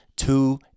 Two